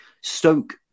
Stoke